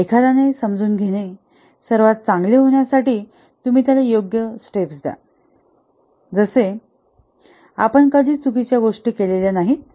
एखाद्याने समजून घेणे सर्वात चांगले होण्यासाठी तुम्ही त्याला योग्य स्टेप्स द्या जसे आपण कधीच चुकीच्या गोष्टी केलेल्या नाहीत